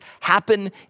happen